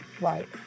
right